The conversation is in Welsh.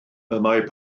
mae